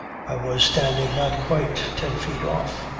i was standing not quite ten feet off.